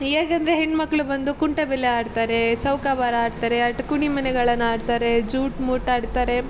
ಹೇಗೆಂದ್ರೆ ಹೆಣ್ಣುಮಕ್ಳು ಬಂದು ಕುಂಟೆಬಿಲ್ಲೆ ಆಡ್ತಾರೆ ಚೌಕಾಬಾರ ಆಡ್ತಾರೆ ಅಳ್ ಕುಳಿಮನೆಗಳನ್ ಆಡ್ತಾರೆ ಜೂಟ್ ಮುಟ್ ಆಡ್ತಾರೆ